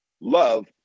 love